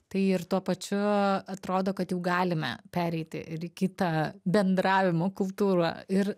tai ir tuo pačiu atrodo kad jau galime pereiti ir į kitą bendravimo kultūrą ir